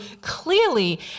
clearly